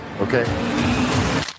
okay